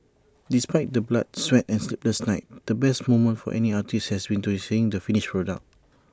despite the blood sweat and sleepless nights the best moment for any artist has to be seeing the finished product